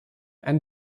and